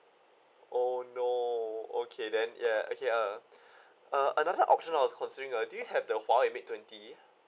oh no okay then ya okay uh uh another option I was considering ah do you have the Huawei mate twenty